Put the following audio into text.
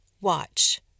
watch